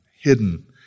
hidden